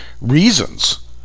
reasons